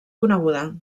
coneguda